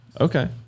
okay